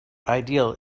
ideal